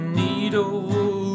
needle